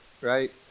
right